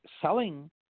selling